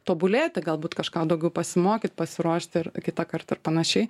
tobulėti galbūt kažką daugiau pasimokyt pasiruošt ir kitą kartą ir panašiai